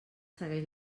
segueix